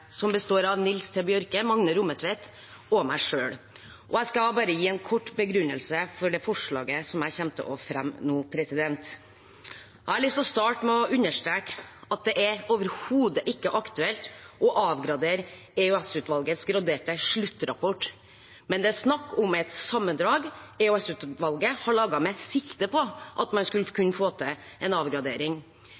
som består av Nils T. Bjørke, Magne Rommetveit og meg selv, og jeg skal bare gi en kort begrunnelse for det forslaget jeg kommer til å fremme nå. Jeg har lyst til å starte med å understreke at det overhodet ikke er aktuelt å avgradere EOS-utvalgets graderte sluttrapport, men det er snakk om et sammendrag EOS-utvalget har laget med sikte på at man skulle